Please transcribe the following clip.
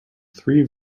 three